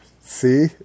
See